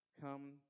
come